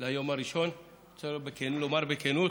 לגבי היום הראשון, אני רוצה לומר בכנות.